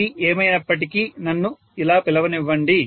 ఇది ఏమైనప్పటికీ నన్ను ఇలా పిలవనివ్వండి